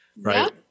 Right